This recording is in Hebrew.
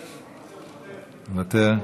מוותר,